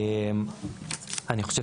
אני חושב